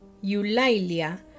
Eulalia